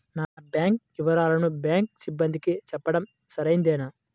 నా బ్యాంకు వివరాలను బ్యాంకు సిబ్బందికి చెప్పడం సరైందేనా?